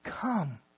come